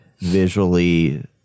visually